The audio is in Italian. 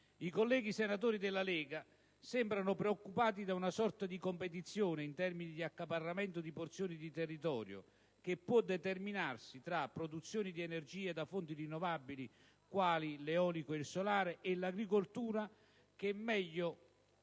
i colleghi senatori della Lega sembrano preoccupati da una sorta di competizione, in termini di accaparramento di porzioni di territorio, che può determinarsi tra produzioni di energia da fonti rinnovabili - quali l'eolico e il solare - e l'agricoltura, che meglio